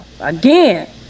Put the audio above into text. again